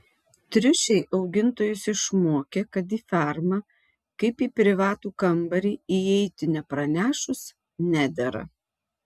triušiai augintojus išmokė kad į fermą kaip į privatų kambarį įeiti nepranešus nedera